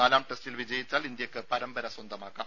നാലാം ടെസ്റ്റിൽ വിജയിച്ചാൽ ഇന്ത്യക്ക് പരമ്പര സ്വന്തമാക്കാം